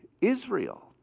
Israel